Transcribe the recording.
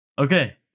Okay